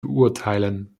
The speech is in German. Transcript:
beurteilen